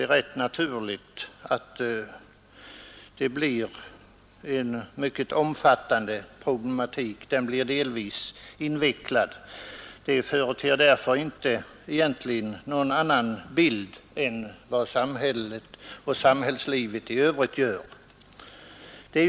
Problematiken blir omfattande och delvis invecklad, men den företer därför inte någon annan bild än den samhällslivet i övrigt gör.